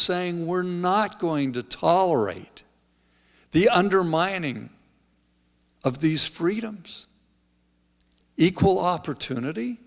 saying we're not going to tolerate the undermining of these freedoms equal opportunity